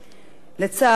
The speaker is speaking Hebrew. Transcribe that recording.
לצערנו,